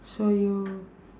so you